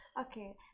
Okay